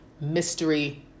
mystery